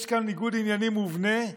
יש כאן ניגוד עניינים מובנה.